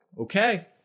okay